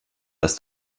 dass